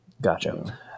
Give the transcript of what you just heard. Gotcha